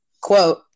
quote